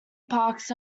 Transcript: parks